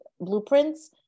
blueprints